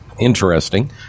Interesting